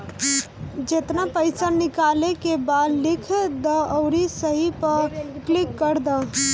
जेतना पइसा निकाले के बा लिख दअ अउरी सही पअ क्लिक कअ दअ